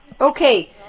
Okay